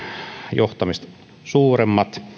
johtamista suuremmat